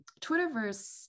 Twitterverse